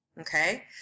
okay